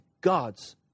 God's